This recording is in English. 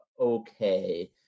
okay